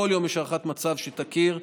בכל יום יש הערכת מצב, שתכיר,